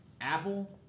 Apple